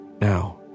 now